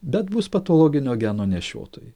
bet bus patologinio geno nešiotojai